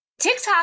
TikTok